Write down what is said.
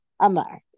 Amar